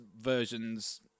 version's